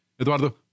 Eduardo